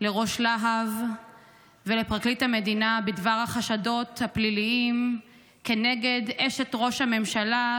לראש לה"ב ולפרקליט המדינה בדבר החשדות הפליליים כנגד אשת ראש הממשלה,